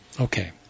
Okay